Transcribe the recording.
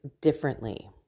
differently